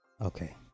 Okay